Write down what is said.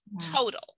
total